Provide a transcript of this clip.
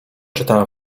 czytałem